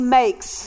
makes